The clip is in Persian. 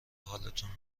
حالتونو